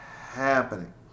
happening